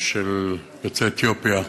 של יוצאי אתיופיה,